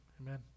Amen